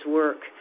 work